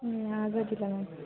ಹ್ಞೂ ಆಗೋದಿಲ್ಲ ಮ್ಯಾಮ್